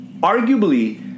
arguably